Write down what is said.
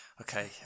okay